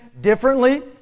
differently